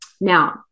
Now